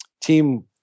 team